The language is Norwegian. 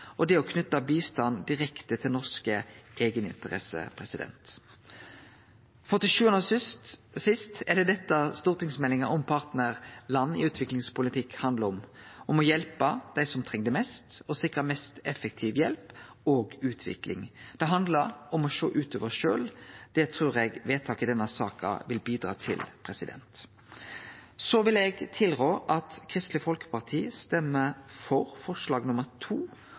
generelt og det å knytte bistand direkte til norske eigeninteresser. Til sjuande og sist er det dette stortingsmeldinga om partnarland i utviklingspolitikken handlar om: å hjelpe dei som treng det mest, og å sikre mest mogleg effektiv hjelp og utvikling. Det handlar om å sjå utover oss sjølve. Det trur eg vedtaket i denne saka vil bidra til. Eg vil tilrå at Kristeleg Folkeparti stemmer for forslaga nr. 2 og 3, frå Arbeidarpartiet. Når det gjeld forslag